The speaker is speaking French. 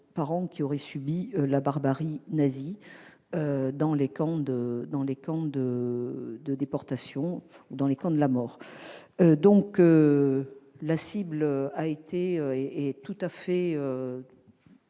parents qui auraient subi la barbarie nazie dans les camps de déportation, les camps de la mort. La cible est tout à fait